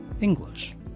English